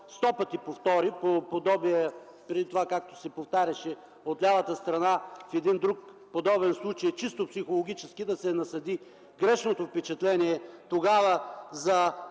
сто пъти повтори. По подобие, както преди това се повтаряше от лявата страна в един друг подобен случай – чисто психологически да се насади грешното впечатление тогава за